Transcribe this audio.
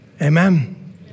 Amen